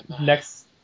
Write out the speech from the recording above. Next